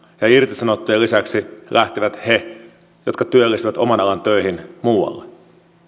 ja irtisanottujen lisäksi lähtevät he jotka työllistyvät oman alan töihin muualle